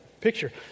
picture